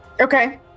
Okay